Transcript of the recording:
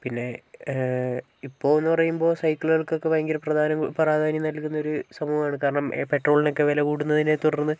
പിന്നെ ഇപ്പോഴെന്നു പറയുമ്പോൾ സൈക്കിളുകൾക്കൊക്കെ ഭയങ്കര പ്രധാനം പ്രാധാന്യം നൽകുന്നൊരു സമൂഹമാണ് കാരണം പെട്രോളിനൊക്കെ വില കൂടുന്നതിനെ തുടർന്ന്